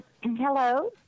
Hello